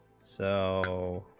so